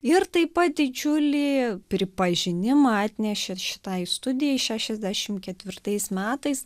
ir taip pat didžiulį pripažinimą atnešė šitai studijai šešiasdešim ketvirtais metais